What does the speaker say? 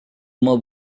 uma